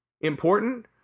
important